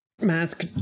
mask